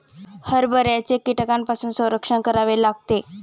हरभऱ्याचे कीड्यांपासून संरक्षण करावे लागते